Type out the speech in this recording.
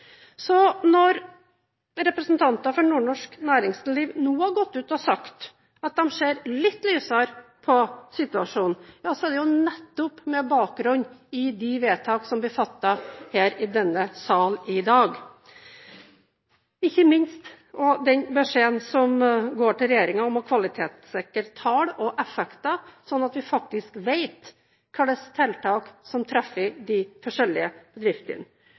Så når representanter for nordnorsk næringsliv nå har gått ut og sagt at de ser litt lysere på situasjonen, er det jo nettopp med bakgrunn i de vedtak som blir fattet her i denne sal i dag, og ikke minst den beskjeden som går til regjeringen om å kvalitetssikre tall og effekter, slik at vi faktisk vet hva slags tiltak som treffer de forskjellige bedriftene.